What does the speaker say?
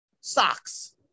socks